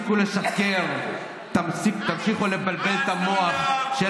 תמשיכו לשקר, תמשיכו לבלבל את המוח.